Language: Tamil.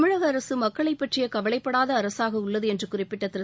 தமிழக அரசு மக்களைப் பற்றிய கவலைப்படாத அரசாக உள்ளது என்று குறிப்பிட்ட திரு